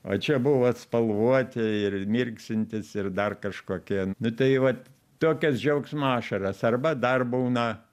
o čia buvo spalvoti ir mirksintys ir dar kažkokie nu tai vat tokios džiaugsmo ašaros arba dar būna